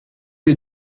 you